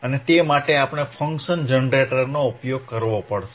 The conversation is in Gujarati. અને તે માટે આપણે ફંક્શન જનરેટરનો ઉપયોગ કરવો પડશે